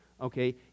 okay